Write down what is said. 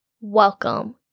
welcome